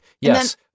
Yes